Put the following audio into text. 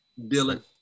Dylan